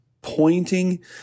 pointing